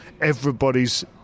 everybody's